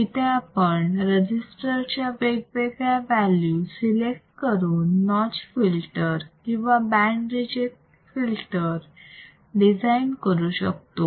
इथे आपण रजिस्टरच्या वेगवेगळ्या व्हॅल्यू सिलेक्ट करून नॉच फिल्टर किंवा बँड रिजेक्ट फिल्टर डिझाईन करू शकतो